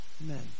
Amen